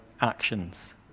actions